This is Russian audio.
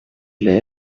для